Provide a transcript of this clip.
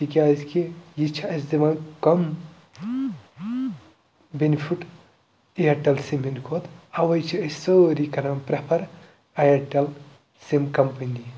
تِکیٛازِکہِ یہِ چھےٚ اَسہِ دِوان کَم بیٚنِفٕٹ اِیَٹَل سِمہِ ہِندِ کھۄتہٕ اَوَے چھِ أسۍ سٲری کَران پرٛٮ۪فر آیٹَل سِم کَمپٔنی